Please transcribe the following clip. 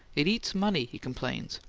it eats money, he complained,